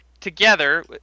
together